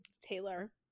Taylor